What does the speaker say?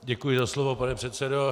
Děkuji za slovo, pane předsedo.